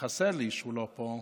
חסר לי שהוא לא פה,